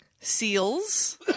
Seals